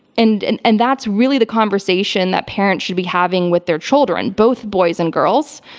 and and and that's, really, the conversation that parents should be having with their children, both boys and girls,